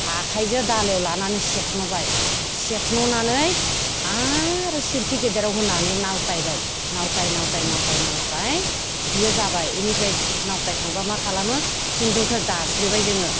आखाइजों दालायाव लानानै सेखन'बाय सेखन'नानै आरो सिरखि गिदिराव होनानै नावतायबाय नावताय नावताय नावताय नावताय बेयो जाबाय बेनिफ्राय नावतायखांबा मा खालामो खुन्दुंखौ दास्रेबाय जोङो